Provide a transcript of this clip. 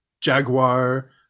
jaguar